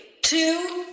two